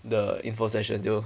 the info session so